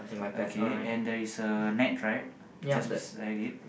okay and there is a net right just beside it